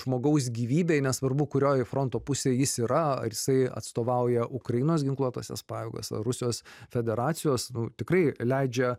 žmogaus gyvybei nesvarbu kurioj fronto pusėj jis yra ar jisai atstovauja ukrainos ginkluotąsias pajėgas ar rusijos federacijos nu tikrai leidžia